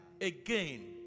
Again